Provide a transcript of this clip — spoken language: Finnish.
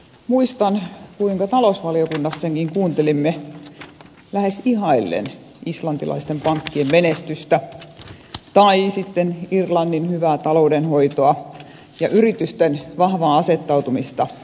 muistan kuinka talousvaliokunnassa kuuntelimme lähes ihaillen islantilaisten pankkien menestystä tai sitten irlannin hyvää taloudenhoitoa ja yritysten vahvaa asettautumista erityisesti rahoituspuolelta